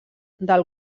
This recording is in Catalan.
del